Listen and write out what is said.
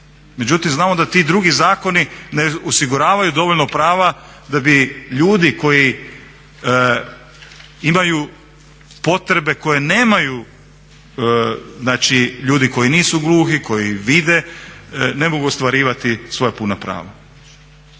Međutim, znamo da ti drugi zakoni ne osiguravaju dovoljno prava da bi ljudi koji imaju potrebe koje nemaju znači ljudi koji nisu gluhi, koji vide ne mogu ostvarivati svoja puna prava